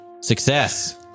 Success